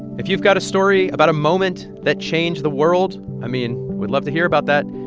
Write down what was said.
if you've got a story about a moment that changed the world, i mean, we'd love to hear about that.